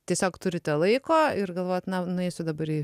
tiesiog turite laiko ir galvojat na nueisiu dabar į